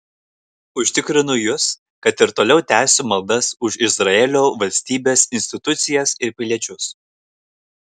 užtikrinu jus kad ir toliau tęsiu maldas už izraelio valstybės institucijas ir piliečius